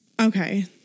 okay